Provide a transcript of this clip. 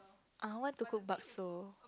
I want to cook bakso